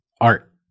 art